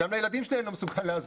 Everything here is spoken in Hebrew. גם לילדים שלי אני לא מסוגל להסביר.